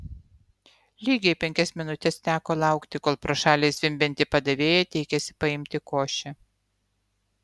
lygiai penkias minutes teko laukti kol pro šalį zvimbianti padavėja teikėsi paimti košę